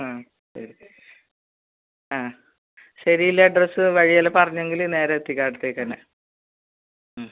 ആ ശരി ആ ശരിയുള്ള അഡ്രസ്സ് വഴിയെല്ലാ പറഞ്ഞെങ്കിൽ നേരെ എത്തിക്കാം അവിടത്തേക്ക് തന്നെ ഉം